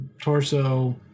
torso